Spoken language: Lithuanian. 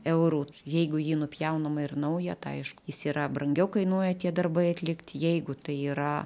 eurų jeigu jį nupjaunama ir naują tai aišku jis yra brangiau kainuoja tie darbai atlikt jeigu tai yra